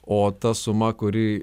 o ta suma kuri